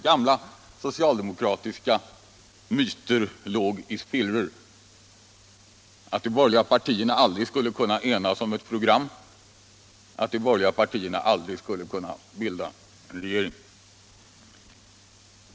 Gamla socialdemokratiska myter låg i spillror: att de borgerliga partierna aldrig skulle kunna enas om ett program, att de borgerliga partierna aldrig skulle kunna bilda regering.